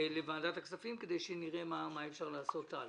כדי שנראה מה אפשר לעשות הלאה.